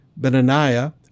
Benaniah